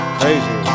crazy